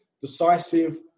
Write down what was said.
decisive